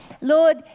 Lord